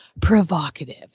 provocative